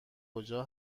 کجا